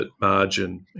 margin